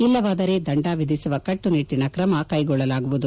ಇಲ್ಲವಾದರೆ ದಂಡ ವಿಧಿಸುವ ಕಟ್ನುನಿಟ್ವಿನ ಕ್ರಮ ಕೈಗೊಳ್ಳಲಾಗುವುದು